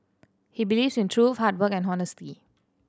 he believes in truth hard work and honesty